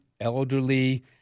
Elderly